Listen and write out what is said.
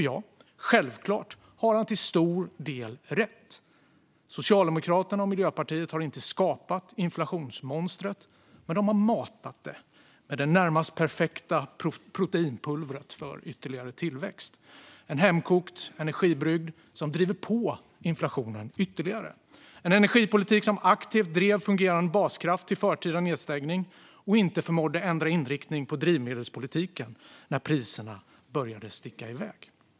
Ja, självklart har han till stor del rätt. Socialdemokraterna och Miljöpartiet har inte skapat inflationsmonstret. Men de har matat det med det närmast perfekta proteinpulvret för ytterligare tillväxt, en hemkokt energibrygd som driver på inflationen ytterligare, en energipolitik som aktivt drev fungerande baskraft till förtida nedstängning och inte förmådde ändra inriktning på drivmedelspolitiken när priserna började sticka iväg.